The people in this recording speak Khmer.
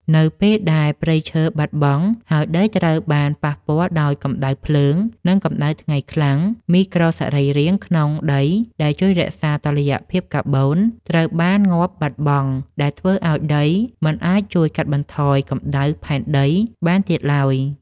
នៅពេលដែលព្រៃឈើបាត់បង់ ហើយដីត្រូវបានប៉ះពាល់ដោយកម្ដៅភ្លើង និងកម្ដៅថ្ងៃខ្លាំង មីក្រូសរីរាង្គក្នុងដីដែលជួយរក្សាតុល្យភាពកាបូនត្រូវបានងាប់បាត់បង់ ដែលធ្វើឱ្យដីមិនអាចជួយកាត់បន្ថយកម្ដៅផែនដីបានទៀតឡើយ។